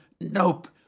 Nope